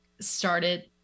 started